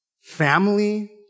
family